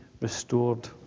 restored